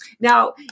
Now